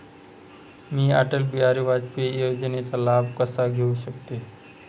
मी अटल बिहारी वाजपेयी योजनेचा लाभ कसा घेऊ शकते?